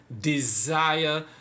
desire